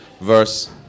Verse